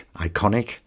iconic